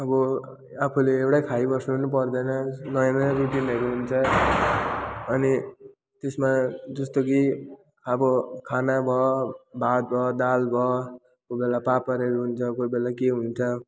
अब आफूले एउटै खाइबस्नु पनि पर्दैन नयाँ नयाँ रुटिनहरू हुन्छ अनि त्यसमा जस्तो कि अब खाना अब भात भयो दाल भयो कोही बेला पापडहरू हुन्छ कोही बेला के हुन्छ